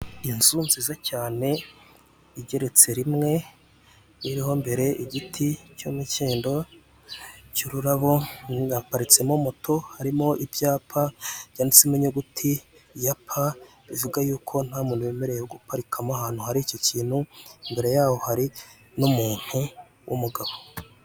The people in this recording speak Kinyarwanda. Inzu nziza cyane igeretse rimwe iriho imbere igiti cy'umukindo cy'ururabo haparitsemo moto harimo ibyapa byanditsemo inyuguti ivuga yuko nta muntu wemerewe guparikamo ahantu hari iki kintu, imbere yaho hari n'umuntu w'umugabo.